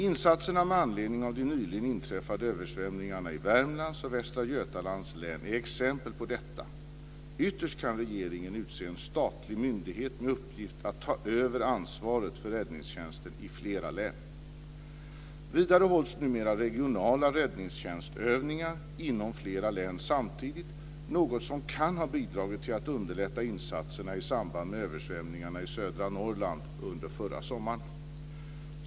Insatserna med anledning av de nyligen inträffade översvämningarna i Värmlands och Västra Götalands län är exempel på detta. Ytterst kan regeringen utse en statlig myndighet med uppgift att ta över ansvaret för räddningstjänsten i flera län. Vidare hålls numer regionala räddningstjänstövningar inom flera län samtidigt, något som kan ha bidragit till att underlätta insatserna i samband med översvämningarna i södra Norrland under förra sommaren.